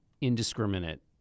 indiscriminate